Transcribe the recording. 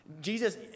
Jesus